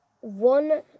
one